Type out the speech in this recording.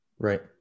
Right